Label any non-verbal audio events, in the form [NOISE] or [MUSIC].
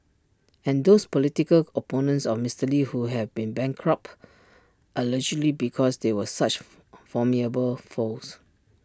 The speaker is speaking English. and those political opponents of Mister lee who have been bankrupt allegedly because they were such [NOISE] formidable foes